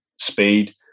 speed